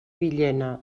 villena